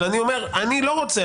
אבל אני אומר: אני לא רוצה,